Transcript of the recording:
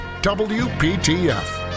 WPTF